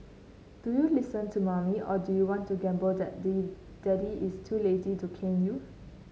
do you listen to mommy or do you want to gamble that day daddy is too lazy to cane you